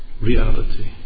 reality